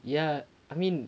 ya I mean